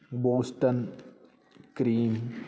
Boston cream